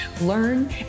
learn